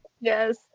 Yes